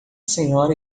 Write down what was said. senhora